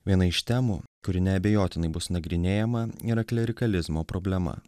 viena iš temų kuri neabejotinai bus nagrinėjama yra klerikalizmo problema